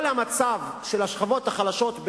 כל המצב של השכבות החלשות,